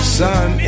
sun